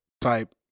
type